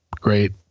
great